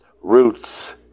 roots